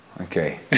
Okay